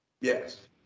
yes